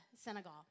Senegal